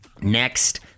next